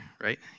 right